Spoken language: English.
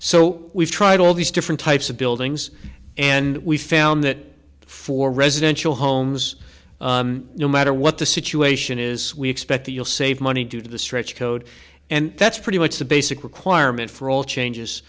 so we've tried all these different types of buildings and we found that for residential homes no matter what the situation is we expect that you'll save money due to the stretch code and that's pretty much the basic requirement for all changes